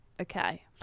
okay